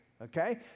Okay